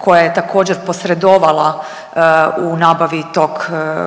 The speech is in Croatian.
koja je također posredovala u nabavi tog